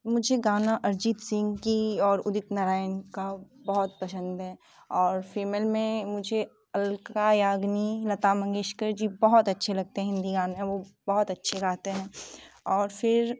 मुझे गाना अरिजीत सिंह की और उदित नारायण का बहुत पसंद है और फीमेल में मुझे अलका याग्निक लता मंगेशकर जी मुझे बहुत अच्छे लगते हैं हिंदी गाने बहुत अच्छे गाते हैं और फिर